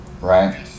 right